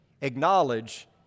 acknowledge